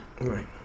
Right